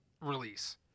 release